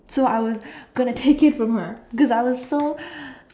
so I was going to take it from her cause I was so